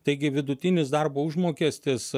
taigi vidutinis darbo užmokestis